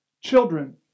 Children